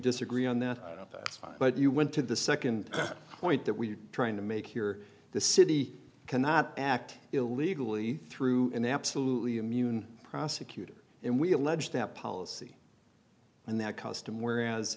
disagree on that but you went to the second point that we're trying to make here the city cannot act illegally through an absolutely immune prosecutor and we allege that policy and that custom where as